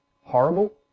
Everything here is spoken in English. horrible